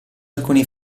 alcuni